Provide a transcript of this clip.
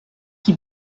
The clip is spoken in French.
qui